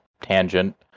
tangent